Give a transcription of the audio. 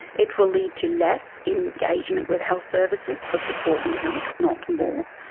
it will lead to less engagement with health services for support and health, not more,